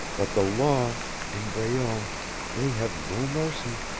but the law and breault they have no mercy!